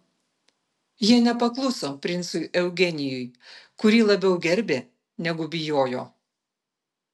jie nepakluso princui eugenijui kurį labiau gerbė negu bijojo